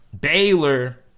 Baylor